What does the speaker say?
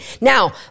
Now